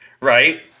right